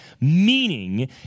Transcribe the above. meaning